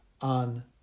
on